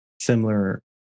similar